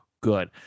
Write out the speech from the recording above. Good